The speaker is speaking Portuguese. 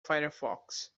firefox